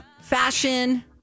Fashion